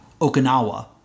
Okinawa